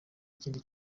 ikindi